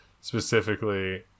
specifically